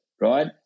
right